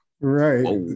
Right